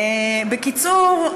בקיצור,